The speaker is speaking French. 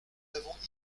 avons